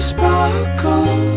Sparkle